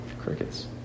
Crickets